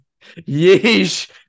Yeesh